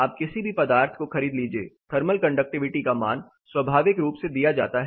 आप किसी भी पदार्थ को खरीद लीजिए थर्मल कंडक्टिविटी का मान स्वाभाविक रूप से दिया जाता हैं